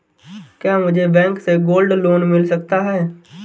क्या मुझे बैंक से गोल्ड लोंन मिल सकता है?